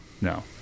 No